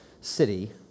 city